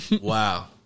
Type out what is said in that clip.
Wow